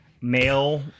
male